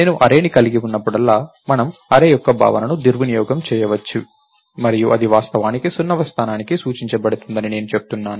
నేను అర్రేని కలిగి ఉన్నప్పుడల్లా మనము అర్రే యొక్క భావనను దుర్వినియోగం చేయవచ్చు మరియు అది వాస్తవానికి 0వ స్థానానికి సూచించబడిందని నేను చెప్తున్నాను